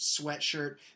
sweatshirt